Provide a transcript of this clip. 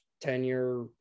tenure